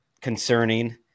concerning